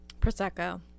prosecco